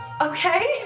Okay